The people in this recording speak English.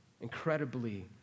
incredibly